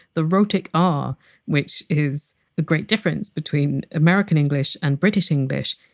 the rhotic r which is a great difference between american english and british english.